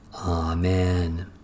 Amen